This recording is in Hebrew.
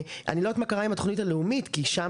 אני לא יודעת מה קרה עם התוכנית הלאומית כי שם